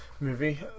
movie